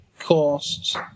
Cost